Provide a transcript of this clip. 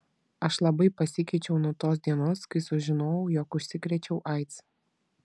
aš labai pasikeičiau nuo tos dienos kai sužinojau jog užsikrėčiau aids